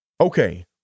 Okay